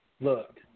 look